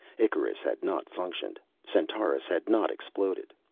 icarus had not functioned. centaurus had not exploded.